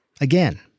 Again